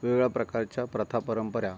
वेगवेगळ्या प्रकारच्या प्रथा परंपरा